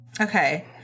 Okay